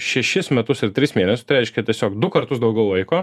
šešis metus ir tris mėnesius tai reiškia tiesiog du kartus daugiau laiko